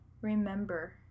Remember